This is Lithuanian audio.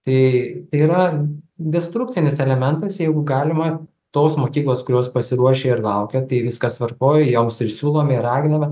tai tai yra destrukcinis elementas jeigu galima tos mokyklos kurios pasiruošė ir laukia tai viskas tvarkoj joms ir siūlome ir raginame